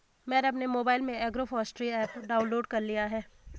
मैंने अपने मोबाइल में एग्रोफॉसट्री ऐप डाउनलोड कर लिया है